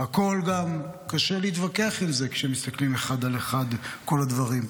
גם קשה להתווכח עם זה כשמסתכלים אחד על אחד על כל הדברים.